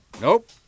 Nope